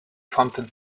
fountain